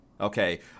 okay